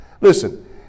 Listen